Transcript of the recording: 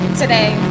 today